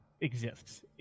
exists